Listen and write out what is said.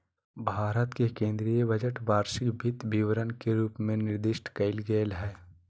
भारत के केन्द्रीय बजट वार्षिक वित्त विवरण के रूप में निर्दिष्ट कइल गेलय हइ